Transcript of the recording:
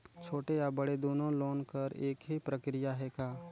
छोटे या बड़े दुनो लोन बर एक ही प्रक्रिया है का?